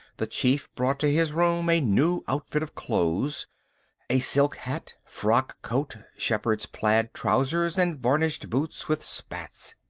the chief brought to his room a new outfit of clothes a silk hat, frock-coat, shepherd's-plaid trousers and varnished boots with spats.